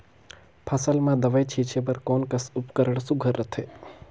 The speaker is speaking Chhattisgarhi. फसल म दव ई छीचे बर कोन कस उपकरण सुघ्घर रथे?